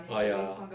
oh ya